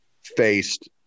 faced